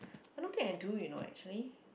I don't think I do you know actually